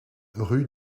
rue